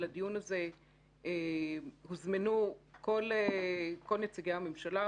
לדיון הזה הוזמנו כל נציגי הממשלה,